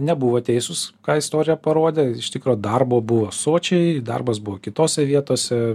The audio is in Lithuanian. nebuvo teisūs ką istorija parodė iš tikro darbo buvo sočiai darbas buvo kitose vietose